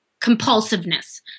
compulsiveness